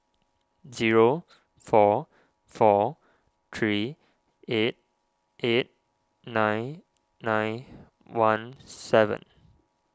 zero four four three eight eight nine nine one seven